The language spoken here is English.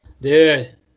Dude